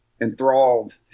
enthralled